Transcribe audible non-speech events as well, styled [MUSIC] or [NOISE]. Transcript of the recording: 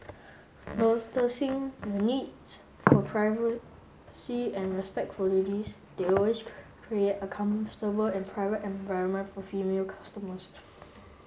[UNINTELLIGIBLE] the needs for privacy and respect for ladies they always create a comfortable and private environment for female customers [NOISE]